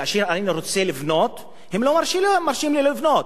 כאשר אני רוצה לבנות, הם לא מרשים לי לבנות.